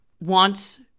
wants